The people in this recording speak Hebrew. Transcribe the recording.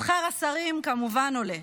שכר השרים כמובן עולה.